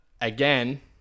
again